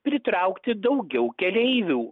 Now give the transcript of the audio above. pritraukti daugiau keleivių